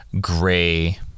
gray